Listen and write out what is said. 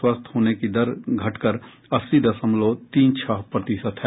स्वस्थ होने की दर घटकर अस्सी दशमलव तीन छह प्रतिशत है